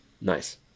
nice